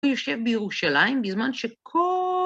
הוא יושב בירושלים בזמן שכל...